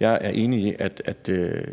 Jeg er enig i, at